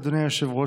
אדוני היושב-ראש.